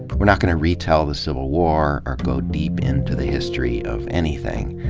we're not gonna retell the civil war or go deep into the history of anything.